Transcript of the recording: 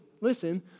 listen